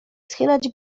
schylać